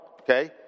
okay